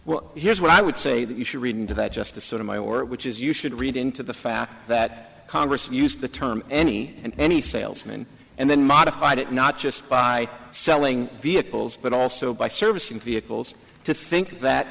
well here's what i would say that you should read into that just the sort of my or which is you should read into the fact that congress used the term any and any salesman and then modified it not just by selling vehicles but also by servicing vehicles to think that